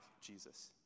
Jesus